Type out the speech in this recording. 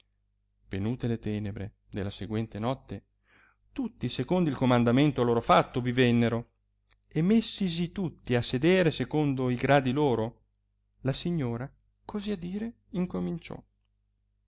venute le tenebre della seguente notte tutti secondo il comandamento a loro fatto vi vennero e messisi tutti a sedere secondo i gradi loro la signora così a dire incominciò